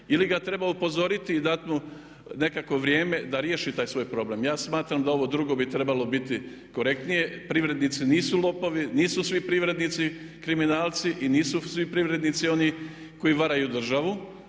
ili ga treba upozoriti i dat mu nekakvo vrijeme da riješi taj svoj problem? Ja smatram da ovo drugo bi trebalo biti korektnije. Privrednici nisu lopovi, nisu svi privrednici kriminalci i nisu svi privrednici oni koji varaju državu